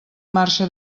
marxa